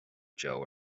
joe